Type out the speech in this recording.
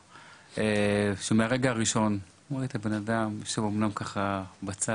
מהרגע הראשון רואים אדם צנוע,